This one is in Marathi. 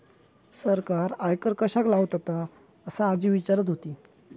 सरकार आयकर कश्याक लावतता? असा आजी विचारत होती